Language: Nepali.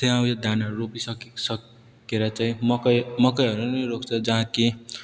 त्यहाँ उयो धानहरू रोपिसक सकेर चाहिँ मकै मकैहरू नि रोप्छ जहाँ कि